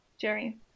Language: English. Jerry